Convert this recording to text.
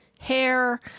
hair